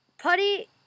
Putty